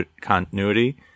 continuity